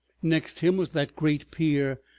next him was that great peer,